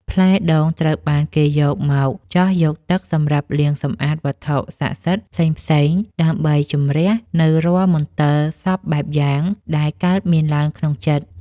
ផ្លែដូងត្រូវបានគេយកមកចោះយកទឹកសម្រាប់លាងសម្អាតវត្ថុស័ក្តិសិទ្ធិផ្សេងៗដើម្បីជម្រះនូវរាល់មន្ទិលសព្វបែបយ៉ាងដែលកើតមានឡើងក្នុងចិត្ត។